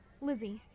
Lizzie